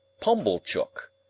pumblechook